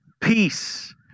peace